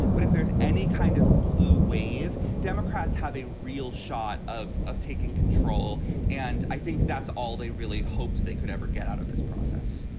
but if there's any kind of blue wave democrats have a real shot of of taking control and i think that's all they really hoped they could ever get out of this process